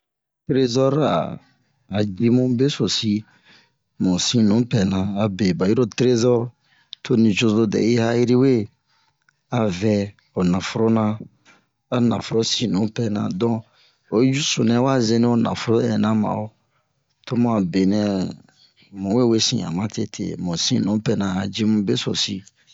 trezɔr a a ji mu besosi mu sin nupɛna abe ɓa yiro trezɔr to nucozo dɛ'i ha'iri wee a vɛ ho naforo na a nuforo sin nupɛna donk oyi cu sunu nɛ wa zeni ho naforo ɛnan ma o to mu a benɛ mu we wesin a matete mu sin nupɛ na a ji mu besosi